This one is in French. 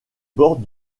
bords